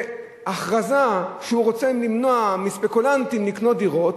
הכרזה שהוא רוצה למנוע מספקולנטים לקנות דירות,